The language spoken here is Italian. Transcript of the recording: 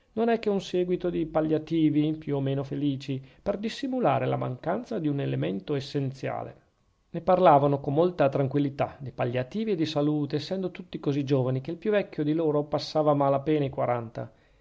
non è che un seguito di palliativi più o meno felici per dissimulare la mancanza di un elemento essenziale ne parlavano con molta tranquillità di palliativi e di salute essendo tutti così giovani che il più vecchio di loro passava a mala pena i quaranta